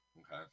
Okay